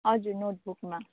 हजुर नोटबुकमा